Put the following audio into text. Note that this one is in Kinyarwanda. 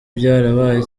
byarabaye